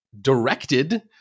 directed